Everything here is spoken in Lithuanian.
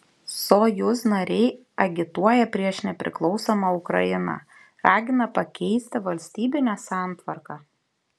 sojuz nariai agituoja prieš nepriklausomą ukrainą ragina pakeisti valstybinę santvarką